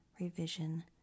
revision